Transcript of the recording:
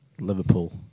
Liverpool